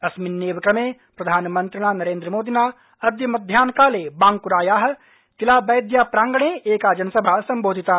अस्मिन्नेव क्रमे प्रधानमन्त्रिणा नरेन्द्रमोदिना अद्य मध्याहकाले बांकुराया तिलाबैद्याप्रांगणे एका जनसभा सम्बोधिता